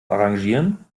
arrangieren